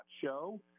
show